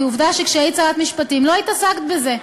כי עובדה שכשהיית שרת משפטים לא התעסקת בזה.